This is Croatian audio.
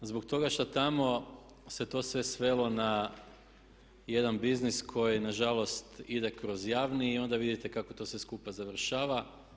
Zbog toga što tamo se to sve svelo na jedan biznis koji nažalost ide kroz javni i onda vidite kako to sve skupa završava.